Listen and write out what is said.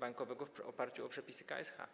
bankowego, w oparciu o przepisy k.s.h.